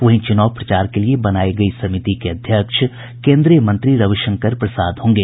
वहीं चुनाव प्रचार के लिए बनायी गयी समिति के अध्यक्ष केन्द्रीय मंत्री रविशंकर प्रसाद होंगे